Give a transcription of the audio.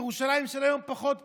ירושלים של היום פחות בטוחה.